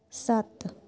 ਸੱਤ